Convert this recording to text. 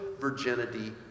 virginity